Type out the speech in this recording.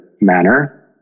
manner